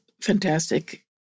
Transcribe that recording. fantastic